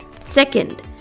Second